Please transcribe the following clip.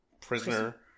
prisoner